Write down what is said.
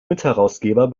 mitherausgeber